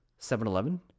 7-Eleven